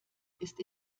ist